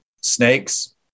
Snakes